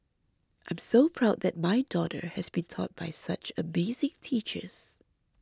I'm so proud that my daughter has been taught by such amazing teachers